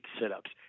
sit-ups